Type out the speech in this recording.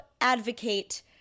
advocate